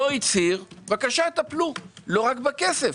לא הצהיר טפלו, לא רק בכסף.